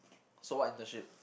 so what internship